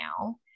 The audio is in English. now